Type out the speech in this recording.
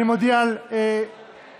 אני מודיע על נעילת